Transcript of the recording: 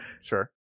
Sure